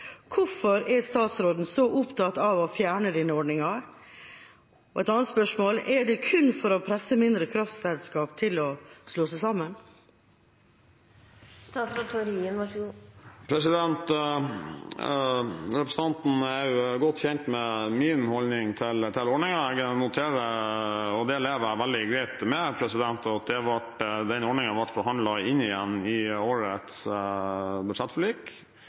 Hvorfor er statsråden så opptatt av å fjerne denne ordningen? Og et annet spørsmål: Er det kun for å presse mindre kraftselskaper til å slå seg sammen? Representanten er godt kjent med min holdning til ordningen, og jeg lever veldig greit med at den ordningen ble forhandlet inn igjen i årets budsjettforlik.